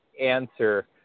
answer